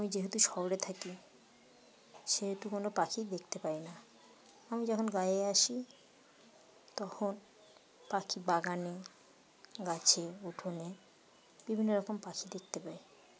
আমি যেহেতু শহরে থাকি সেহেতু কোনো পাখি দেখতে পাই না আমি যখন গাঁয়ে আসি তখন পাখি বাগানে গাছে উঠোনে বিভিন্ন রকম পাখি দেখতে পাই